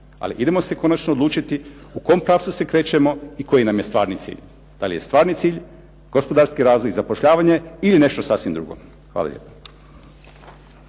Ali idemo se konačno odlučiti u kom pravcu se krećemo i koji nam je stvarni cilj, da li je stvarni cilj gospodarski razvoj i zapošljavanje ili nešto sasvim drugo. Hvala lijepo.